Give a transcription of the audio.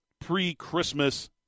pre-Christmas